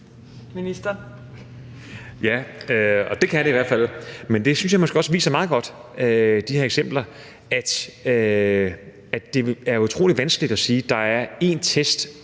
Heunicke): Ja, det kan det i hvert fald. Men det synes jeg måske også viser meget godt, altså de her eksempler, at det er utrolig vanskeligt at sige, at der er én test,